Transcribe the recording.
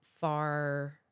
far